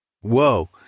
whoa